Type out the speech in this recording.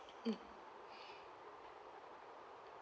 mm